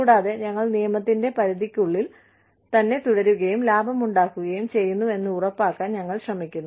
കൂടാതെ ഞങ്ങൾ നിയമത്തിന്റെ പരിധിക്കുള്ളിൽ തന്നെ തുടരുകയും ലാഭമുണ്ടാക്കുകയും ചെയ്യുന്നുവെന്ന് ഉറപ്പാക്കാൻ ഞങ്ങൾ ശ്രമിക്കുന്നു